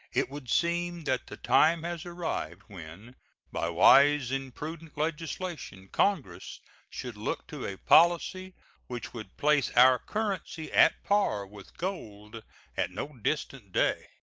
it would seem that the time has arrived when by wise and prudent legislation congress should look to a policy which would place our currency at par with gold at no distant day.